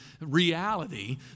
reality